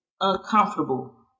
uncomfortable